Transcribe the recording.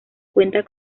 cuenta